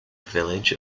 village